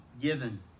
given